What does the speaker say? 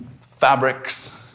fabrics